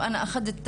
בבקשה.